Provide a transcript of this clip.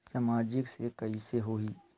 सामाजिक से कइसे होही?